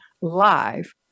live